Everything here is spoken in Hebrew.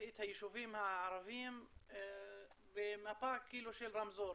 את היישובים הערביים במפה כאילו של רמזור,